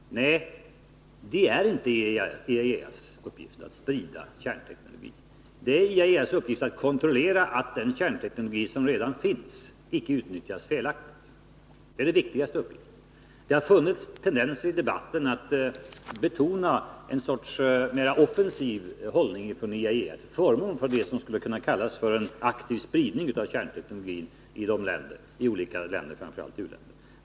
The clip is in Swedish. Nej, IAEA:s uppgift är inte att sprida kärnteknologi. IAEA:s uppgift är att kontrollera att den kärnteknologi som redan finns icke utnyttjas felaktigt. Det är dess viktigaste uppgift. Det har i debatten funnits tendenser att betona en mera offensiv hållning från IAEA till förmån för vad som skulle kunna kallas för en aktiv spridning av kärnteknologin i olika länder, framför allt u-länder.